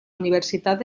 universitat